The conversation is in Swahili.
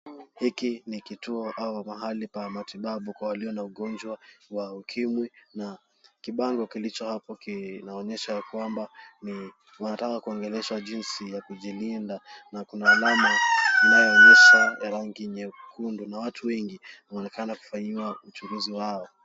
Hiki ni kituo au mahali pa matibabu kwa walio na ugonjwa wa ukimwi na kibango kilicho hapo kinaonyesha kwamba wanataka kuongeleshwa jinsi ya kujilinda na kuna alama inayoonyesha rangi nyekundu na watu wengi wanaonekana kufanyiwa uchunguzi wao.